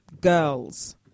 girls